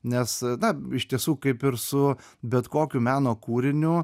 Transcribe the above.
nes na iš tiesų kaip ir su bet kokiu meno kūriniu